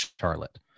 Charlotte